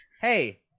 hey